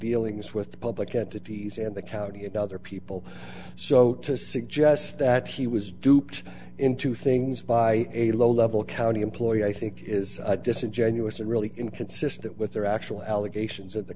dealings with the public at the ts and the county and other people so to suggest that he was duped into things by a low level county employee i think is disingenuous and really inconsistent with their actual allegations at the